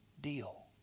deal